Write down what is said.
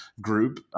group